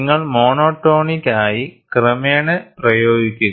നിങ്ങൾ മോണോടോണിക്ക് ആയി ക്രമേണ പ്രയോഗിക്കുക